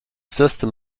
system